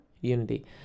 unity